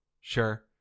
Sure